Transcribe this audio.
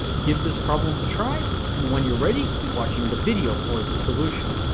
give this problem a try and when you're ready keep watching the video for the solution.